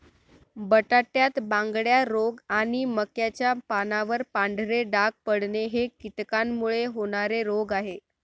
बटाट्यात बांगड्या रोग आणि मक्याच्या पानावर पांढरे डाग पडणे हे कीटकांमुळे होणारे रोग आहे